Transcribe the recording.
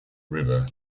river